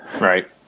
Right